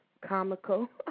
comical